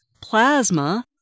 plasma